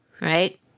right